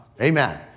Amen